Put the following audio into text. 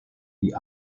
die